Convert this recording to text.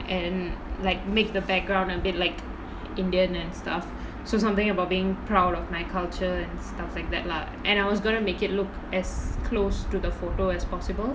and like make the background a bit like indian and stuff so something about being proud of my culture and stuff like that lah and I was going to make it look as close to the photo as possible